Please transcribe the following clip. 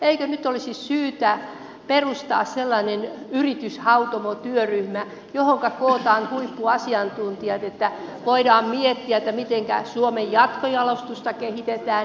eikö nyt olisi syytä perustaa sellainen yrityshautomotyöryhmä johonka kootaan huippuasiantuntijat että voidaan miettiä mitenkä suomen jatkojalostusta kehitetään